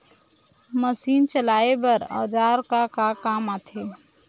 Machine चलाए बर औजार का काम आथे?